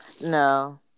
No